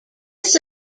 this